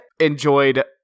enjoyed